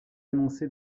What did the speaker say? annoncé